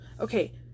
Okay